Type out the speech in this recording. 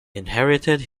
inherited